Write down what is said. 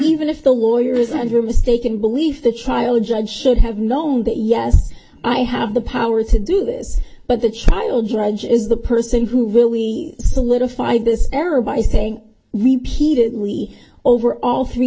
even if the lawyer is and you're mistaken belief the trial judge should have known that yes i have the power to do this but the child drudge is the person who really solidified this error by saying repeated lee over all three